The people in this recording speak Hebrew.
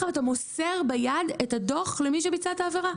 ואתה מוסר ביד את הדוח למי שביצע את העבירה.